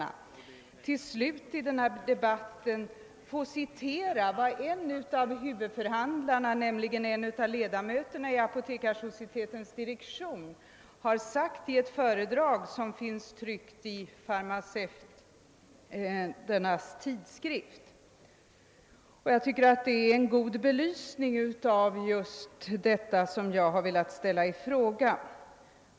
Jag ber att i sammanhanget få citera vad en av huvudförhandlarna, ledamot i Apotekarsocietetens direktion, sagt i ett föredrag återgivet i Farmacevtisk Revy och hållet den 28 oktober 1969.